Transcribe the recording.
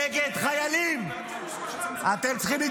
נגד האנשים ששומרים עליכם,